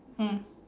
mm